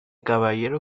caballero